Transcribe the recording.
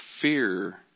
fear